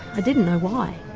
i didn't know why.